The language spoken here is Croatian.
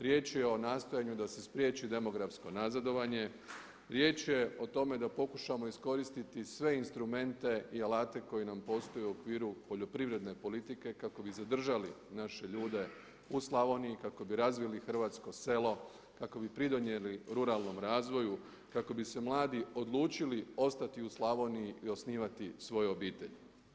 Riječ je o nastojanju da se spriječi demografsko nazadovanje, riječ je o tome da pokušamo iskoristiti sve instrumente i alate koji nam postoje u okviru poljoprivredne politike kako bi zadržali naše ljude u Slavoniji, kako bi razvili hrvatsko selo, kako bi pridonijeli ruralnom razvoju, kako bi se mladi odlučili ostati u Slavoniji i osnivati svoje obitelji.